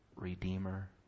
redeemer